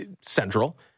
central